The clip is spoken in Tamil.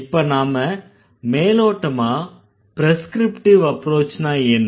இப்ப நாம மேலோட்டமா ப்ரெஸ்க்ரிப்டிவ் அப்ரோச்னா என்ன